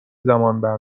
زمانبر